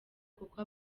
kuko